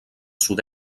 sud